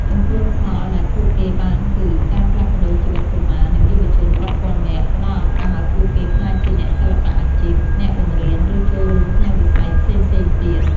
ចំពោះផលដែលពួកគេបានគឺ ការផ្លាស់ប្តូរជីវិតកុមារ និងយុវជនរាប់ពាន់នាក់ ផ្តល់ឱកាសឱ្យពួកគេក្លាយជាអ្នកសិល្បៈអាជីព អ្នកបង្រៀន ឬចូលរួមក្នុងវិស័យផ្សេងៗទៀត ។